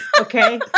okay